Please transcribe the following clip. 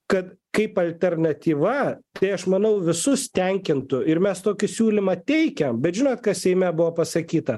kad kaip alternatyva tai aš manau visus tenkintų ir mes tokį siūlymą teikėm bet žinot kas seime buvo pasakyta